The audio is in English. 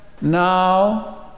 now